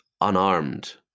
unarmed